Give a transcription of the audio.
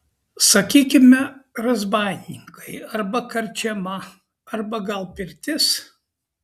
sakykime razbaininkai arba karčiama arba gal pirtis